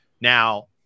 Now